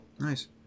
nice